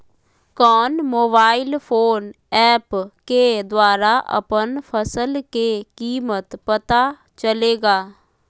कौन mobile phone app के द्वारा अपन फसल के कीमत पता चलेगा?